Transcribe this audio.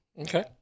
Okay